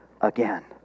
again